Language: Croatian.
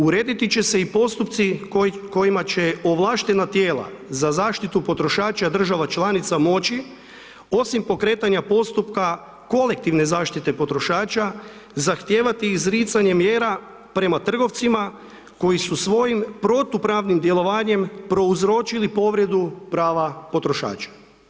Urediti će se i postupci kojima će ovlaštena tijela za zaštitu potrošača država članica moći osim pokretanja postupka kolektivne zaštite potrošača zahtijevati izricanje mjera prema trgovcima koji su svojim protupravnim djelovanjem prouzročili prava potrošača.